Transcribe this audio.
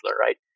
right